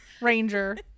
ranger